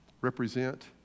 represent